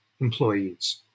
employees